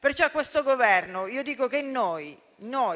Pertanto a questo Governo dico che noi